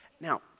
now